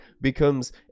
becomes